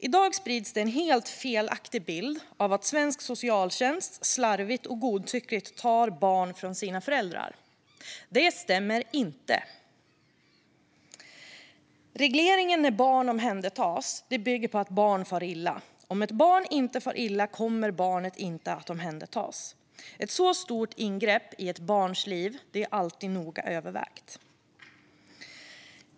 I dag sprids det en helt felaktig bild av att svensk socialtjänst slarvigt och godtyckligt tar barn från deras föräldrar. Det stämmer inte. Regleringen gällande när barn omhändertas bygger på att barnet ska fara illa. Om ett barn inte far illa kommer barnet inte att omhändertas. Ett så stort ingrepp i ett barns liv är alltid noga övervägt.